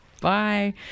Bye